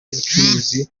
z’ubucuruzi